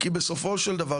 כי בסופו של דבר,